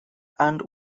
and